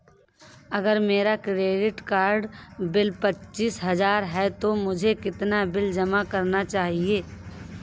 अगर मेरा credit card bill पच्चीस हजार का है तो मुझे कितना बिल जमा करना चाहिए?